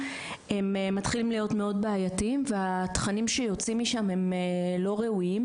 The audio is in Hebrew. הם מתחילים להיות מאוד בעייתיים והתכנים שיוצאים משם הם לא ראויים,